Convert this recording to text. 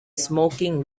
smoking